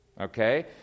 Okay